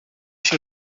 się